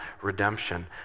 redemption